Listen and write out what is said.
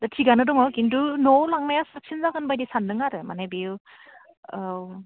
दा थिगानो दङ खिन्थु न'आव लांनाया साबसिन जागोन बायदि सान्दों आरो माने बेयो औ